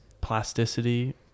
plasticity